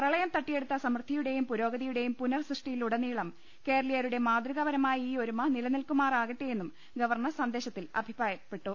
പ്രളയം തട്ടിയെടുത്ത സമൃദ്ധിയുടെയും പുരോഗതിയുടെയും പുനർ സൃഷ്ടിയിലുടനീളം കേരളീയരുടെ മാതൃകാപരമായ ഈ ഒരുമ നിലനിൽക്കുമാറാകട്ടെയെന്നും ഗവർണർ സന്ദേശത്തിൽ അഭിപ്രായപ്പെട്ടു